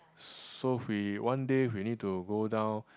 so we one day we need to go down